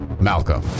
Malcolm